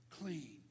clean